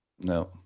No